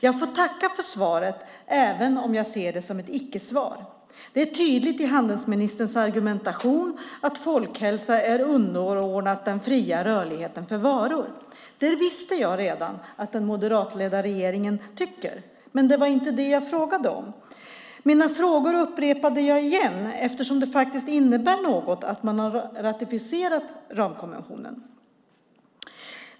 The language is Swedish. Jag får tacka för svaret, även om jag ser det som ett icke-svar. Det är tydligt i handelsministerns argumentation att folkhälsa är underordnat den fria rörligheten för varor. Det visste jag redan att den moderatledda regeringen tycker, men det var inte det jag frågade om. Mina frågor upprepar jag, eftersom det faktiskt innebär något att man har ratificerat ramkonventionen.